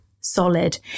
solid